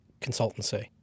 consultancy